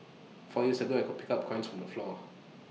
four years ago I could pick up coins from the floor